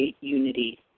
unity